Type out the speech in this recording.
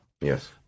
Yes